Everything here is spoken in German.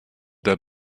der